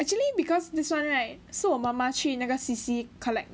actually because this one right 是我妈妈去那个 C_C collect